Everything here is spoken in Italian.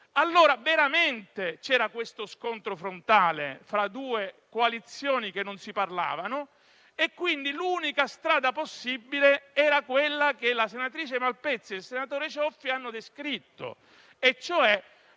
allora veramente c'era questo scontro frontale fra due coalizioni che non si parlavano, e quindi l'unica strada possibile era quella che la senatrice Malpezzi e il senatore Cioffi hanno descritto, cioè